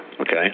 Okay